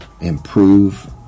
improve